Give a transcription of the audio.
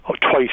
twice